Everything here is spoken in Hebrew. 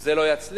זה לא יצליח.